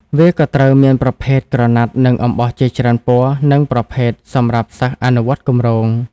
វាក៏ត្រូវមានប្រភេទក្រណាត់និងអំបោះជាច្រើនពណ៌និងប្រភេទសម្រាប់សិស្សអនុវត្តគម្រោង។